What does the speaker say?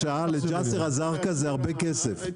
בג'אסר א- זרקא זה הרבה כסף.